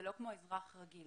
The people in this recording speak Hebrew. זה לא כמו אזרח רגיל.